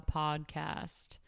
podcast